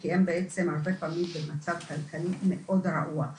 כי הם בעצם הרבה פעמים במצב כלכלי מאוד רעוע.